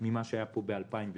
ממה שהיה פה ב-2008.